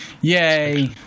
Yay